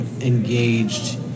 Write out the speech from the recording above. engaged